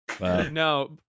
No